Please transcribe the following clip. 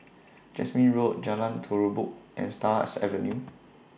Jasmine Road Jalan Terubok and Stars Avenue